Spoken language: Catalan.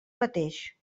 mateix